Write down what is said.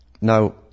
Now